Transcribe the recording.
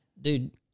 dude